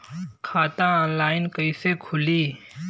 खाता ऑनलाइन कइसे खुली?